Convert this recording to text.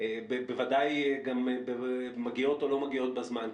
בוודאי גם מגיעות או לא מגיעות בזמן.